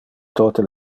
tote